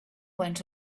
went